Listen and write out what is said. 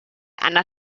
inner